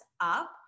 up